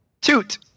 Toot